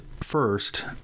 first